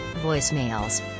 voicemails